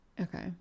Okay